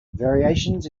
variations